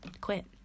quit